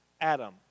Adam